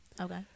Okay